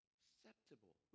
acceptable